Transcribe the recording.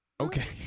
Okay